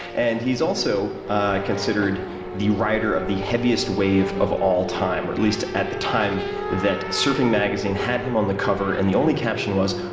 and he's also ah considered the rider of the heaviest wave of all time, or at least at the time that surfing magazine had him on the cover, and the only caption was,